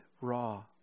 raw